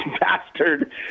bastard